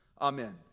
Amen